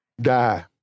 Die